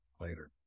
later